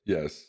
Yes